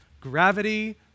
gravity